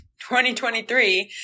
2023